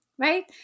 right